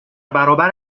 برابر